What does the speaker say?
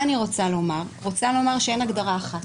אני רוצה לומר שאין הגדרה אחת.